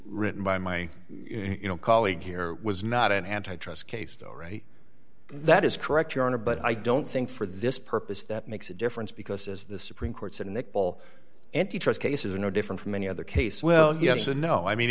written by my colleague here was not an antitrust case though right that is correct your honor but i don't think for this purpose that makes a difference because as the supreme court said nicole antitrust cases are no different from any other case well yes and no i mean